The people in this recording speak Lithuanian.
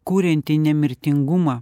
kuriantį nemirtingumą